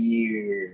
Year